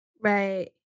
right